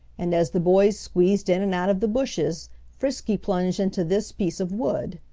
and as the boys squeezed in and out of the bushes frisky plunged into this piece of wood.